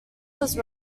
was